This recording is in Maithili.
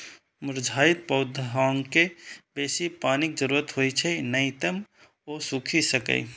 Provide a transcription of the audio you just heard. मुरझाइत पौधाकें बेसी पानिक जरूरत होइ छै, नै तं ओ सूखि सकैए